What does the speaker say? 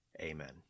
Amen